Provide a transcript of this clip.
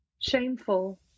shameful